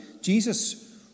Jesus